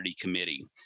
Committee